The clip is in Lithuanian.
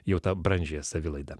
jau tą brandžią savilaidą